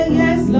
yes